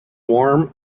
warm